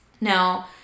Now